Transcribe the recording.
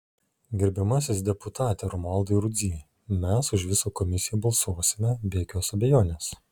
gerbiamasis deputate romualdai rudzy mes už visą komisiją balsuosime be jokios abejonės